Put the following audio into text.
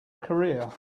career